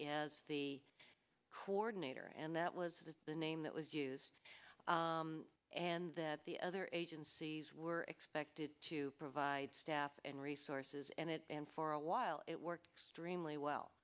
as the coordinator and that was the name that was used and that the other agencies were expected to provide staff and resources and it and for a while it works dream